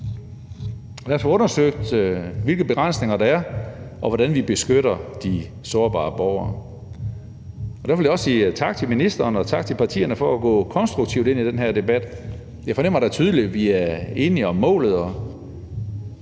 Lad os få undersøgt, hvilke begrænsninger der er, og hvordan vi beskytter de sårbare borgere. Derfor vil jeg også sige tak til ministeren og tak til partierne for at gå konstruktivt ind i den her debat. Jeg fornemmer da tydeligt, at vi er enige om målet og